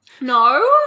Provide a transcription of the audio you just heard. No